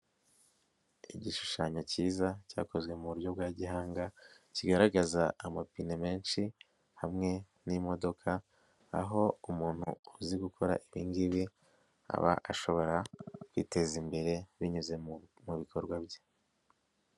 Igishushanyo kiza cyakozwe mu buryo bwa gihanga, kigaragaza amapine menshi hamwe n'imodoka, aho umuntu uzi gukora ibi ngibi, aba ashobora kwiteza imbere binyuze mu bikorwa bye.